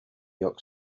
york